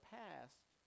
past